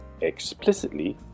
explicitly